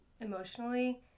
emotionally